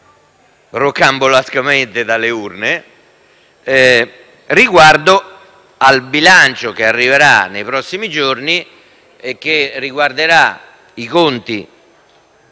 rocambolescamente dalle urne riguardo al bilancio, che arriverà nei prossimi giorni e che riguarderà i conti